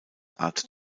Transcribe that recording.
art